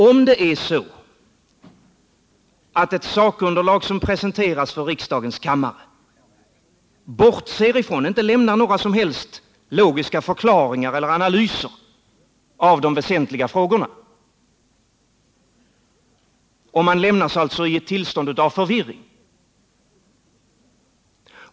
Om det är så, att ett sakunderlag som presenterats för riksdagens kammare bortser från och inte lämnar några som helst logiska förklaringar till eller analyser av de väsentliga frågorna, lämnas man i ett tillstånd av förvirring.